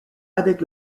avec